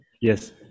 Yes